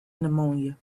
pneumonia